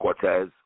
Cortez